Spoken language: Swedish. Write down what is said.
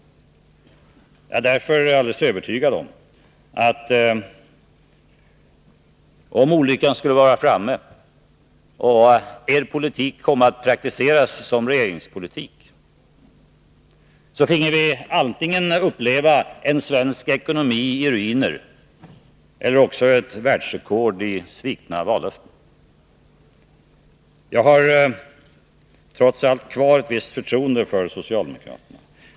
Därför är jag alldeles övertygad om att om olyckan skulle vara framme och er politik komme att praktiseras som regeringspolitik, så finge vi antingen uppleva en svensk ekonomi i ruiner eller också ett världsrekord i svikna vallöften. Jag har trots allt kvar ett visst förtroende för socialdemokraterna.